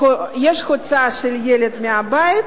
יש הוצאה של ילד מהבית,